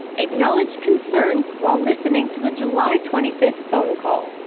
acknowledged concerns while listening to the july twenty fifth phone call.